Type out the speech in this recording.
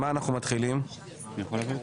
רוויזיה.